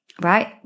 Right